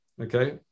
Okay